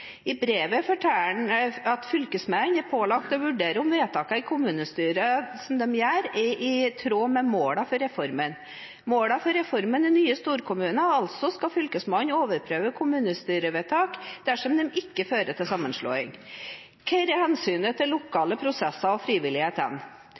I brevet forteller han at fylkesmenn er pålagt å vurdere om vedtakene kommunestyret gjør, er i tråd med målene for reformen. Målene for reformen er nye storkommuner, altså skal Fylkesmannen overprøve kommunestyrevedtak dersom de ikke fører til sammenslåing. Hvor er hensynet til lokale prosesser og